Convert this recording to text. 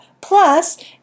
plus